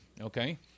Okay